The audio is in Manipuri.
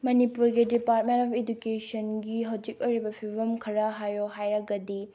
ꯃꯅꯤꯄꯨꯔꯒꯤ ꯗꯤꯄꯥꯔ꯭ꯇꯃꯦꯟ ꯑꯣꯐ ꯏꯗꯨꯀꯦꯁꯟꯒꯤ ꯍꯧꯖꯤꯛ ꯑꯣꯏꯔꯤꯕ ꯐꯤꯕꯝ ꯈꯔ ꯍꯥꯏꯌꯣ ꯍꯥꯏꯔꯒꯗꯤ